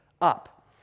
up